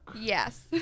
Yes